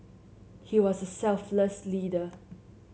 he was a selfless leader